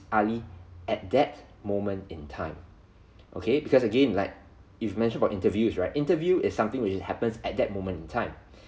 Ali at that moment in time okay because again like if mention about interviews right interview is something which happens at that moment in time